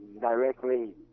directly